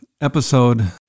episode